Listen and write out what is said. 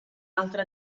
altra